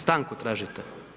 Stanku tražite?